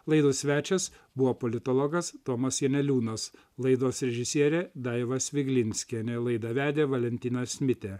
laidos svečias buvo politologas tomas janeliūnas laidos režisierė daiva sviglinskienė laidą vedė valentinas mitė